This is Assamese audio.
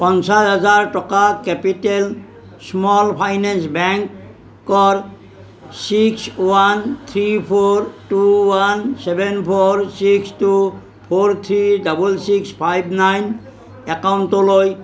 পঞ্চাছ হাজাৰ টকা কেপিটেল স্মল ফাইনেন্স বেংকৰ six one three four two one seven four six two four three double six five nine একাউণ্টটোলৈ